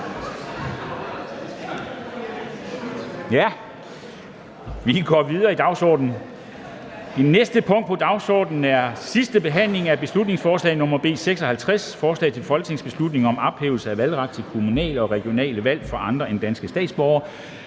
er forkastet. --- Det næste punkt på dagsordenen er: 24) 2. (sidste) behandling af beslutningsforslag nr. B 56: Forslag til folketingsbeslutning om ophævelse af valgret til kommunale og regionale valg for andre end danske statsborgere.